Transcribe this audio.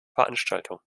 veranstaltung